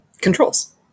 controls